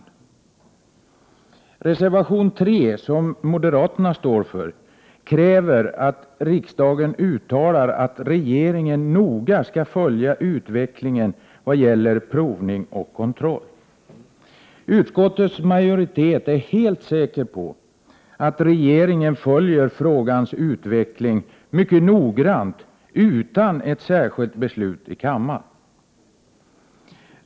I reservation 3, som moderaterna står för, krävs att riksdagen uttalar att regeringen noga skall följa utvecklingen vad gäller provning och kontroll. Utskottets majoritet är helt säker på att regeringen följer frågans utveckling mycket noggrant utan ett särskilt beslut i riksdagen.